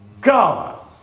God